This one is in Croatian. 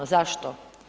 Zašto?